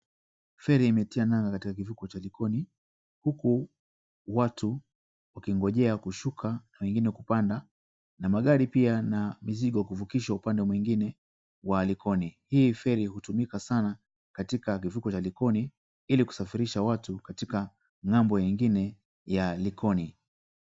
Feri imetia nanga katika kivuko cha Likoni huku watu wakingojea kushuka na wengine kupanda na magari pia na mizigo kuvukishwa upande mwingine wa Likoni. Hii feri hutumika sana katika kivuko cha Likoni ili kusafirisha watu hadi ng'ambo ingine ya Likoni.